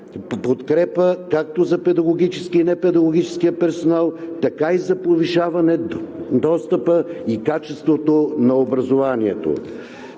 подкрепа както за педагогическия и непедагогическия персонал, така и за повишаване достъпа и качеството на образованието.